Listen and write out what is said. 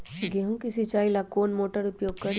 गेंहू के सिंचाई ला कौन मोटर उपयोग करी?